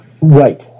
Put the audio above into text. Right